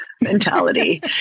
mentality